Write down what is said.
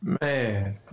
Man